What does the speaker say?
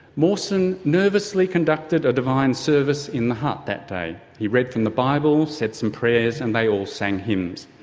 mawson nervously conducted a divine service in the hut that day. he read from the bible, said some prayers and they all sang hymns.